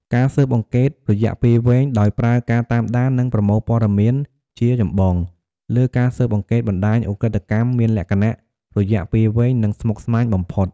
ការស៊ើបអង្កេតរយៈពេលវែង ដោយប្រើការតាមដាន និងប្រមូលព័ត៌មានជាចម្បង លើការស៊ើបអង្កេតបណ្តាញឧក្រិដ្ឋកម្មមានលក្ខណៈ រយៈពេលវែង និងស្មុគស្មាញបំផុត។